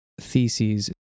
theses